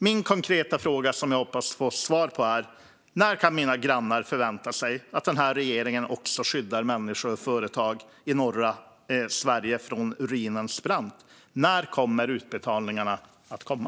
Mina konkreta frågor, som jag hoppas få svar på, är: När kan mina grannar förvänta sig att den här regeringen kommer att skydda människor och företag i norra Sverige från ruinens brant? När kommer utbetalningarna att komma?